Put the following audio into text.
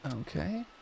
Okay